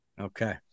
Okay